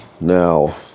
now